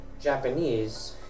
Japanese